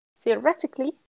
theoretically